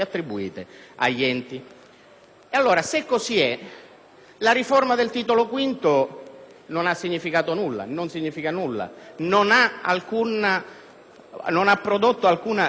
la riforma del Titolo V non ha significato nulla, non ha prodotto alcuna rivoluzione sotto il profilo dell'assetto istituzionale dei rapporti.